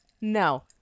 No